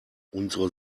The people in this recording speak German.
unsere